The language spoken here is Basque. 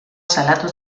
salatu